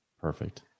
Perfect